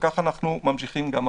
וכך אנחנו ממשיכים גם עכשיו.